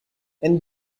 and